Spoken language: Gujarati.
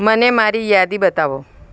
મને મારી યાદી બતાવો